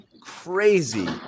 crazy